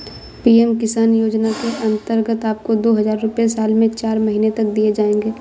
PM किसान योजना के अंतर्गत आपको दो हज़ार रुपये साल में चार महीने तक दिए जाएंगे